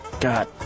God